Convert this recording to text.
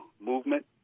movement